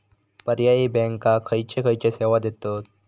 पर्यायी बँका खयचे खयचे सेवा देतत?